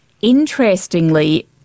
interestingly